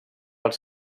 els